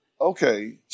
Okay